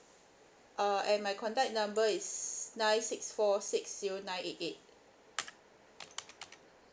uh and my contact number is nine six four six zero nine eight eight